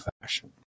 fashion